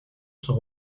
s’en